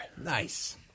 Nice